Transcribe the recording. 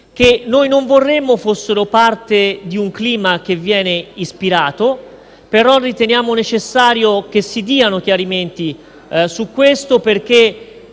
che non vorremmo fossero parte di un clima che viene ispirato. Riteniamo necessario che si diano chiarimenti su questo, perché